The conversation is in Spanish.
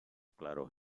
claros